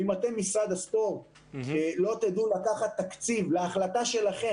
אם אתם משרד הספורט לא תדעו לקחת תקציב להחלטה שלכם